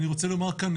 אני רוצה לומר כאן,